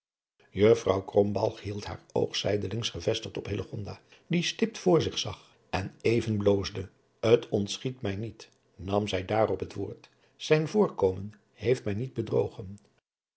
krombalg hield haar oog zijdelings gevestigd op hillegonda die stipt voor zich zag en even bloosde t ontschiet mij niet nam zij daarop het woord zijn voorkomen heeft mij niet bedrogen